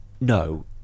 no